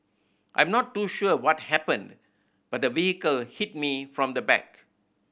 I'm not too sure what happened but the vehicle hit me from the back